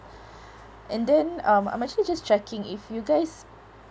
and then um I'm actually just checking if you guys